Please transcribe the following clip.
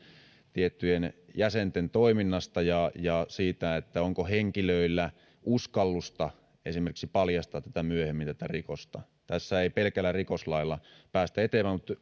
tiettyjen jäsenten toiminnasta ja ja siitä onko henkilöillä esimerkiksi uskallusta paljastaa myöhemmin tätä rikosta tässä ei pelkällä rikoslailla päästä eteenpäin